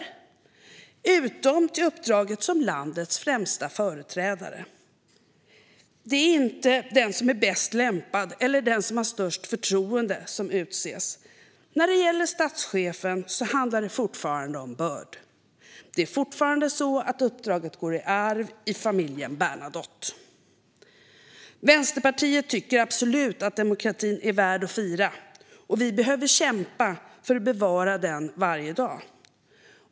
Ja, det gäller alla uppdrag utom det som landets främsta företrädare. Det är inte den som är bäst lämpad eller den som har störst förtroende som utses. När det gäller statschefen handlar det fortfarande om börd. Det är fortfarande så att uppdraget går i arv i familjen Bernadotte. Vänsterpartiet tycker absolut att demokratin är värd att fira, och vi behöver kämpa för att bevara den varje dag.